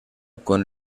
con